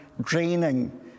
draining